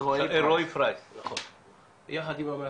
אלרועי-פרייס, יחד עם המאבטח.